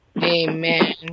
Amen